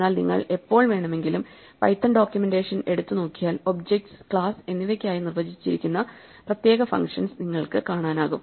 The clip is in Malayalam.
എന്നാൽ നിങ്ങൾ എപ്പോൾ വേണമെങ്കിലും പൈത്തൺ ഡോക്യുമെന്റേഷൻ എടുത്തു നോക്കിയാൽ ഒബ്ജെക്ട് ക്ലാസ് എന്നിവക്കായി നിർവചിച്ചിരിക്കുന്ന പ്രത്യേക ഫങ്ഷൻസ് നിങ്ങൾക്ക് കാണാനാകും